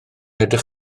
edrych